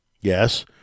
Yes